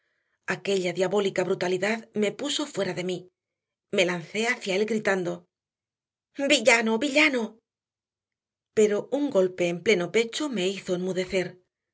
aquella diabólica brutalidad me puso fuera de mí me lancé hacia él gritando villano villano pero un golpe en pleno pecho me hizo enmudecer como soy